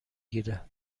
گیره